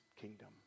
kingdom